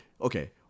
okay